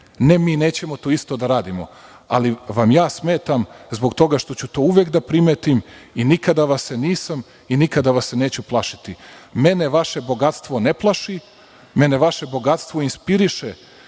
Ne, mi nećemo to isto da radimo, ali vam smetam zbog toga što ću to uvek da primetim i nikada vas se nisam i nikada vas se neću plašiti. Mene vaše bogatstvo ne plaši, mene vaše bogatstvo inspiriše